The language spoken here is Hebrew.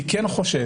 אני כן חושב,